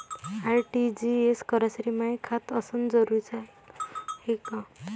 RTGS करासाठी माय खात असनं जरुरीच हाय का?